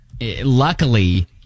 luckily